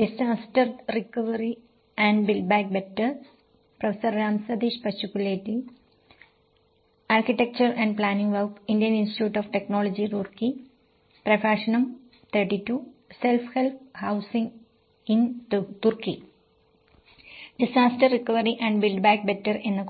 disaster recovery and build back better എന്ന